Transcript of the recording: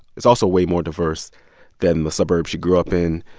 it's also way more diverse than the suburb she grew up in.